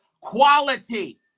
quality